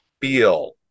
feel